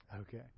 Okay